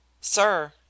Sir